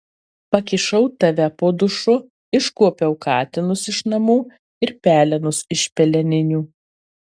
pakišau tave po dušu iškuopiau katinus iš namų ir pelenus iš peleninių